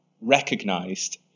recognized